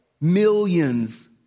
millions